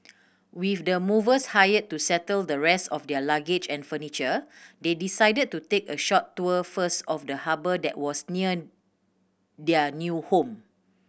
with the movers hired to settle the rest of their luggage and furniture they decided to take a short tour first of the harbour that was near their new home